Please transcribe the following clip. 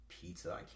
pizza